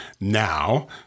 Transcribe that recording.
now